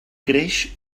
creix